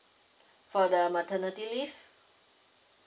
for the maternity leave